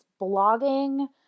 blogging